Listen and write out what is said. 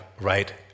right